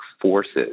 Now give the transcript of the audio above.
forces